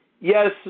yes